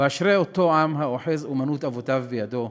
ואשרי אותו עם האוחז אומנות אבותיו בידו,